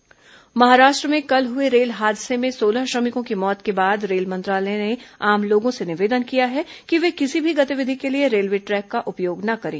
rail मंत्रालय appeal Maharashtra में कल हुए रेल हादसे में सोलह श्रमिकों की मौत के बाद रेल मंत्रालय ने आम लोगों से निवेदन किया है कि ये किसी भी गतिविधि के लिए रेलवे ट्रैक का उपयोग न करे